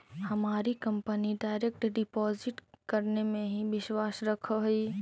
हमारी company direct deposit करने में ही विश्वास रखअ हई